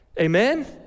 Amen